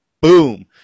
boom